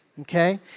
okay